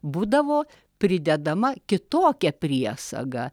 būdavo pridedama kitokia priesaga